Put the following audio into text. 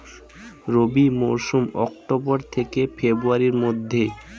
রবি মৌসুম অক্টোবর থেকে ফেব্রুয়ারির মধ্যে